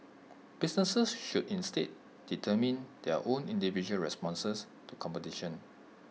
businesses should instead determine their own individual responses to competition